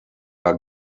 are